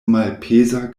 malpeza